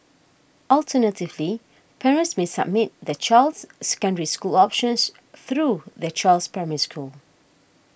alternatively parents may submit their child's Secondary School options through their child's Primary School